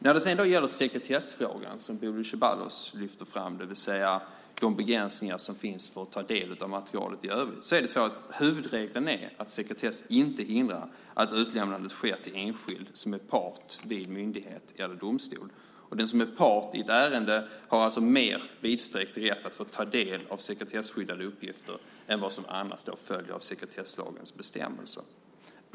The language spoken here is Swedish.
När det sedan gäller sekretessfrågorna, som Bodil Ceballos lyfter fram, det vill säga de begränsningar som finns för att ta del av materialet i övrigt, är huvudregeln att sekretess inte hindrar att utlämnande sker till enskild som är part vid myndighet eller domstol. Den som är part i ett ärende har alltså en mer vidsträckt rätt att få ta del av sekretesskyddade uppgifter än vad som annars följer av sekretesslagens bestämmelser.